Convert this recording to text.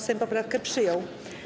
Sejm poprawkę przyjął.